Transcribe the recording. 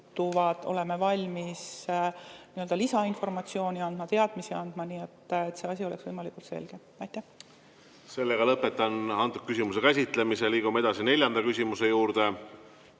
oleme valmis lisainformatsiooni ja teadmisi andma, et see asi oleks võimalikult selge.